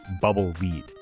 bubble-lead